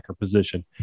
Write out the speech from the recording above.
position